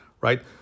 right